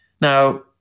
Now